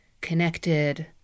connected